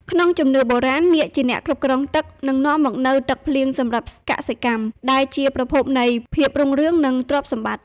ក្នុងជំនឿបុរាណ នាគជាអ្នកគ្រប់គ្រងទឹក និងនាំមកនូវទឹកភ្លៀងសម្រាប់កសិកម្ម ដែលជាប្រភពនៃ ភាពរុងរឿង និង ទ្រព្យសម្បត្តិ។